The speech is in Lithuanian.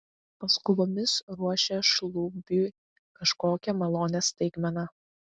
paskubomis ruošė šlubiui kažkokią malonią staigmeną